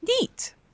Neat